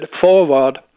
forward